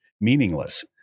meaningless